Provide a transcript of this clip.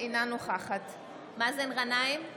אינה נוכחת מאזן גנאים,